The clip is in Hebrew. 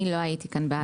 אני לא הייתי כאן.